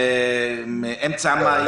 על אמצע מאי.